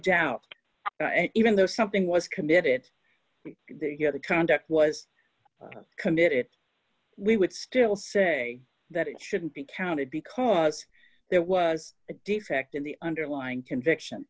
doubt even though something was committed they had to conduct was committed we would still say that it shouldn't be counted because it was a defect in the underlying conviction